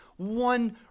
One